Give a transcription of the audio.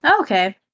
okay